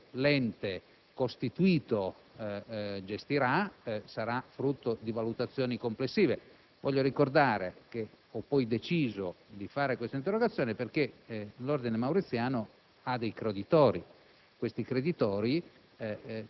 Quello che naturalmente adesso l'ente costituito gestirà sarà frutto di valutazioni complessive. Voglio ricordare che ho poi deciso di presentare questa interrogazione perché l'Ordine Mauriziano ha dei creditori: